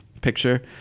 picture